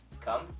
Come